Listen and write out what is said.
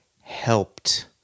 helped-